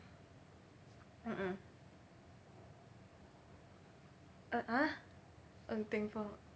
mmhmm uh !huh! ng teng fong